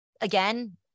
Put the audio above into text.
Again